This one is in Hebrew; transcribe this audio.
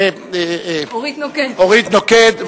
אה, אורית נוקד.